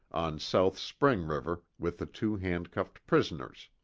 on south spring river, with the two handcuffed prisoners.